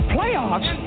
Playoffs